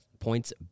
Points